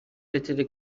little